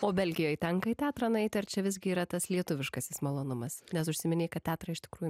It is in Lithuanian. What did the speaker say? o belgijoj tenka į teatrą nueit ar čia visgi yra tas lietuviškasis malonumas nes užsiminei kad teatrą iš tikrųjų